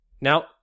Now